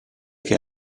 che